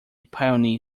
pioneer